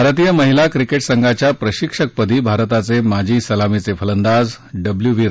भारतीय महिला क्रिकेट संघाच्या प्रशिक्षकपदी भारताचे माजी सलामीचे फलंदाज डब्लयू व्ही